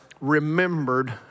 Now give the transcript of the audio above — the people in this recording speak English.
remembered